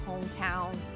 hometown